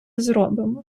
зробимо